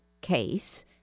case